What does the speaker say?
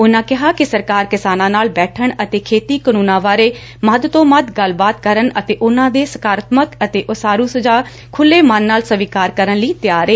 ਉਨੂਾ ਕਿਹਾ ਕਿ ਸਰਕਾਰ ਕਿਸਾਨਾਂ ਨਾਲ ਬੈਠਣ ਅਤੇ ਖੇਤੀ ਕਾਨੂੰਨਾਂ ਬਾਰੇ ਮੱਧ ਤੋਂ ਮੱਧ ਗੱਲਬਾਤ ਕਰਨ ਅਤੇ ਉਨੂਾ ਦੇ ਸਾਕਾਰਤਮਕ ਅਤੇ ਉਸਾਰੁ ਸੁਝਾਅ ਖੁੱਲੇ ਮਨ ਨਾਲ ਸਵੀਕਾਰ ਕਰਨ ਲਈ ਤਿਆਰ ਏ